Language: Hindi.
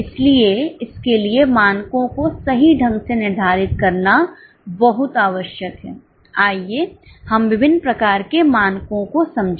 इसीलिए इसके लिए मानकों को सही ढंग से निर्धारित करना बहुत आवश्यक है आइए हम विभिन्न प्रकार के मानकों को समझें